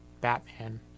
Batman